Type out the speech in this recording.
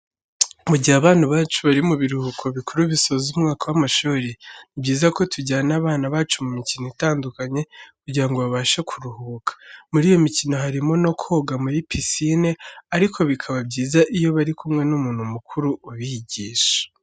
Mu gihe abana bacu bari mu biruhuko bikuru bisoza umwaka w'amashuri, ni byiza ko tujyana abana bacu mu mikino itandukanye, kugira ngo babashe kuruhuka. Muri iyo mikino harimo no koga muri pisine, ariko bikaba byiza iyo bari kumwe n'umuntu mukuru ubigisha.